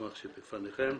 במסמך שבפניכם.